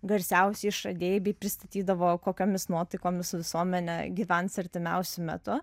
garsiausi išradėjai bei pristatydavo kokiomis nuotaikomis visuomenė gyvens artimiausiu metu